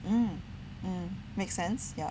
um mm make sense